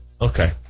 Okay